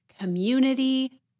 community